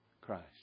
Christ